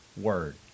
Word